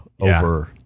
over